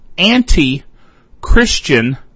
Anti-Christian